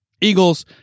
Eagles